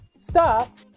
Stop